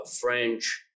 French